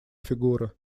фигура